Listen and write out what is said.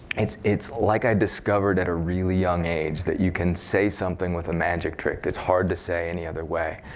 it's it's like i discovered, at a really young age, that you can say something with a magic trick that's hard to say any other way.